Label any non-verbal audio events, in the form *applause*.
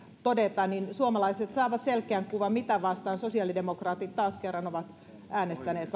todeta niin että suomalaiset saavat selkeän kuvan mitä vastaan sosiaalidemokraatit taas kerran ovat äänestäneet *unintelligible*